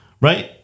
right